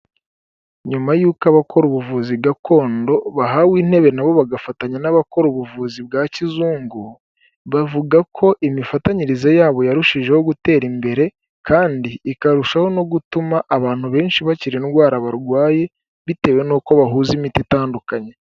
Nyuma y'uko abakora ubuvuzi gakondo bahawe intebe nabo bagafatanya n'abakora ubuvuzi bwa kizungu bavuga ko imifatanyirize yabo yarushijeho gutera imbere kandi ikarushaho no gutuma abantu benshi bakira indwara barwaye bitewe n'uko bahuza imiti itandukanye .